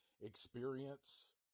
experience